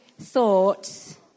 thoughts